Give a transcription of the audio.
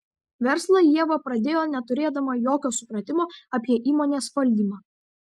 verslą ieva pradėjo neturėdama jokio supratimo apie įmonės valdymą